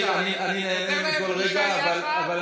אני לא יודע על ידי מי היא מבוקרת, דרך אגב.